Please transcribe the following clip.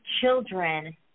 children